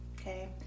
Okay